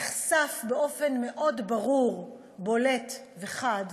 נחשף באופן מאוד ברור, בולט וחד,